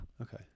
okay